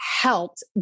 helped